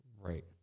right